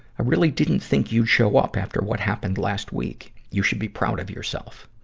i really didn't think you'd show up after what happened last week. you should be proud of yourself.